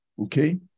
Okay